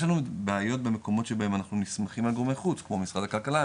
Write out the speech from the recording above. יש לנו בעיות במקומות שבהם אנחנו מסתמכים על גורמי חוץ כמו משרד הכלכלה,